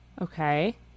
Okay